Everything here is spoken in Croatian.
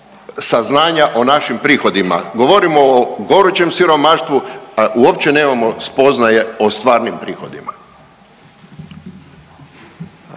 saznanja o našim prihodima. Govorimo o gorućem siromaštvu, uopće nemamo spoznaje o stvarnim prihodima.